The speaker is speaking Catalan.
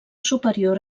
superior